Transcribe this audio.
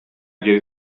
geri